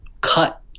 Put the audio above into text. cut